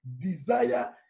desire